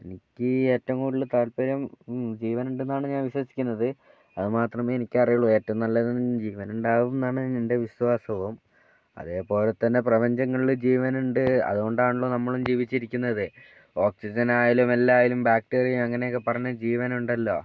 എനിക്ക് ഏറ്റവും കൂടുതൽ താല്പര്യം ജീവൻ ഉണ്ടെന്നാണ് ഞാൻ വിശ്വസിക്കുന്നത് അതു മാത്രമേ എനിക്ക് അറിയുള്ളു ഏറ്റവും നല്ലത് ജീവൻ ഉണ്ടാവും എന്നാണ് എൻ്റെ വിശ്വാസവും അതുപോലെതന്നെ പ്രപഞ്ചങ്ങളിൽ ജീവൻ ഉണ്ട് അതുകൊണ്ടാണല്ലോ നമ്മളും ജീവിച്ചിരിക്കുന്നത് ഓക്സിജൻ ആയാലും എല്ലാം ആയാലും ബാക്ടീരിയ അങ്ങനെയൊക്കെ പറഞ്ഞ ജീവൻ ഉണ്ടല്ലോ